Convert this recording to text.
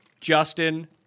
Justin